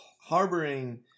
harboring